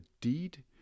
deed